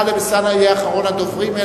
טלב אלסאנע יהיה אחרון הדוברים,